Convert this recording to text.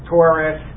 Taurus